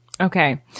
Okay